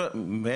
כמובן,